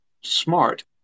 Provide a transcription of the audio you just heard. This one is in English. smart